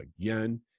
again